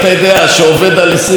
שעובד על 24 שעות,